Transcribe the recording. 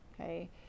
okay